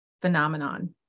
phenomenon